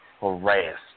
harassed